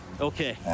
Okay